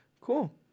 Cool